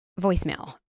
voicemail